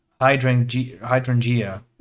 hydrangea